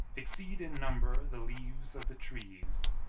exceed in number the leaves of the trees,